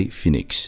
Phoenix